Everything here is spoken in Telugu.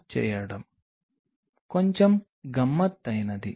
దీనిని కాంటాక్ట్ యాంగిల్ కొలతలు అంటారు